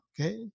okay